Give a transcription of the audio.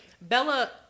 Bella